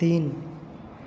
तीन